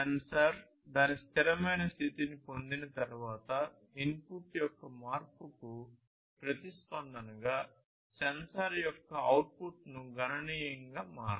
censor దాని స్థిరమైన స్థితిని పొందిన తర్వాత ఇన్పుట్ యొక్క మార్పుకు ప్రతిస్పందనగా సెన్సార్ యొక్క అవుట్పుట్ గణనీయంగా మారదు